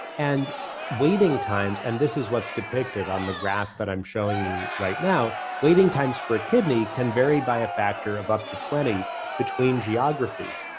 and waiting times, and this is what's depicted on the graph that i'm showing you right now, waiting times for a kidney can vary by a factor of up to twenty between geographies.